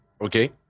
Okay